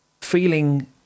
feeling